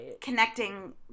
connecting